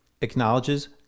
acknowledges